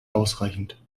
ausreichend